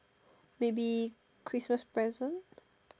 maybe Christmas present